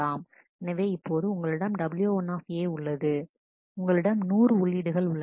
எனவே இப்போது உங்களிடம் w1 உள்ளது உங்களிடம் 100 உள்ளீடுகள் உள்ளன